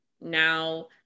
now